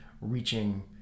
reaching